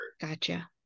gotcha